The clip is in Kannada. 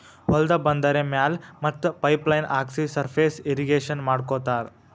ಹೊಲ್ದ ಬಂದರಿ ಮ್ಯಾಲ್ ಮತ್ತ್ ಪೈಪ್ ಲೈನ್ ಹಾಕ್ಸಿ ಸರ್ಫೇಸ್ ಇರ್ರೀಗೇಷನ್ ಮಾಡ್ಕೋತ್ತಾರ್